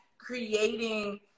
creating